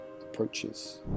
approaches